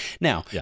Now